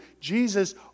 Jesus